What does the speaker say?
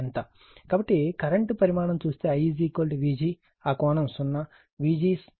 కాబట్టి కరెంట్ పరిమాణం చూస్తే I Vg ఆ కోణం 0 Vg ∠00